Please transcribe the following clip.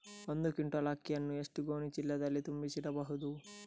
ಒಂದು ಕ್ವಿಂಟಾಲ್ ಅಕ್ಕಿಯನ್ನು ಎಷ್ಟು ಗೋಣಿಚೀಲದಲ್ಲಿ ತುಂಬಿಸಿ ಇಡಬಹುದು?